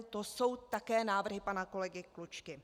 To jsou také návrhy pana kolegy Klučky.